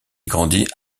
grandit